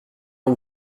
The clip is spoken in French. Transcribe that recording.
une